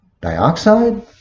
dioxide